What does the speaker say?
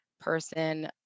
person